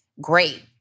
great